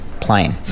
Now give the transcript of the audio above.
plane